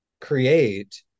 create